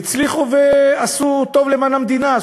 הצליחו ועשו טוב למען המדינה,